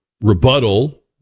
rebuttal